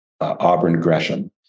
Auburn-Gresham